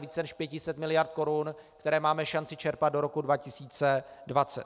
více než 500 mld. korun, které máme šanci čerpat do roku 2020.